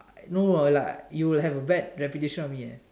no like you will have a bad reputation of me eh